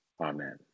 amen